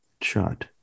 shot